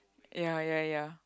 ya ya ya